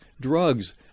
drugs